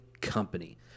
Company